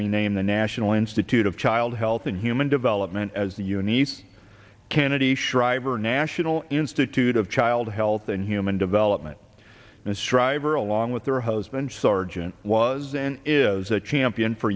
rename the national institute of child health and human development as the uni's kennedy shriver national institute of child health and human development and shriver along with their husband sergeant was and is a champion for